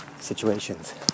situations